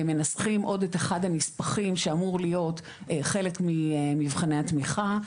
מנסחים עוד את אחד הנספחים שאמור להיות חלק ממבחני התמיכה,